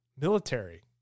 Military